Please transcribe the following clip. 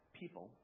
people